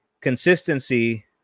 consistency